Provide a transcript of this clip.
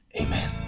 Amen